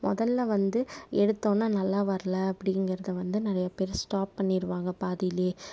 முதல்ல வந்து எடுத்தவொன்னே நல்லா வர்ல அப்படிங்கிறது வந்து நிறையா பேர் ஸ்டாப் பண்ணிருவாங்க பாதிலையே